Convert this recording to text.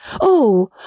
Oh